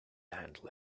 handle